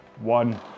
one